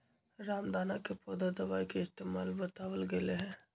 रामदाना के पौधा दवाई के इस्तेमाल बतावल गैले है